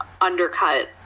undercut